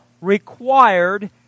required